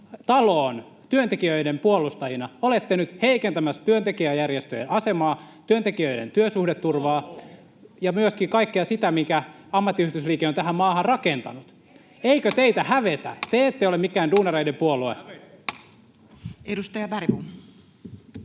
taloon työntekijöiden puolustajina, olette nyt heikentämässä työntekijäjärjestöjen asemaa, työntekijöiden työsuhdeturvaa ja myöskin kaikkea sitä, mitä ammattiyhdistysliike on tähän maahan rakentanut. Eikö teitä hävetä? Te ette ole mikään duunareiden puolue. [Speech 136]